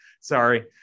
Sorry